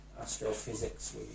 astrophysics